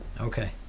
Okay